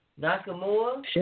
Nakamura